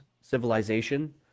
civilization